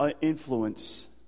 influence